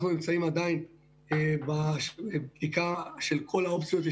אנחנו נמצאים עדיין בבדיקה של כל האופציות.